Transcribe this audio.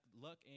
Luck